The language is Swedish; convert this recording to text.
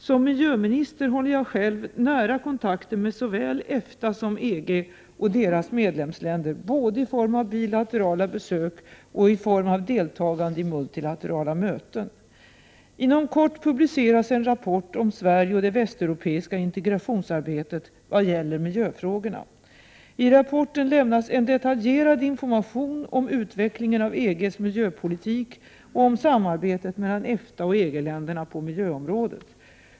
Som miljöminister håller jag själv nära kontakter med såväl EFTA som EG och deras medlemsländer både i form av bilaterala besök och i form av deltagande i multilaterala möten. Inom kort publiceras en rapport om Sverige och det västeuropeiska integrationsarbetet vad gäller miljöfrågorna. I rapporten lämnas en detaljerad information om utvecklingen av EG:s miljöpolitik och om samarbetet mellan EFTA och EG-länderna på miljöområdet.